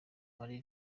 marie